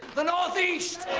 the northeast!